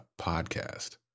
podcast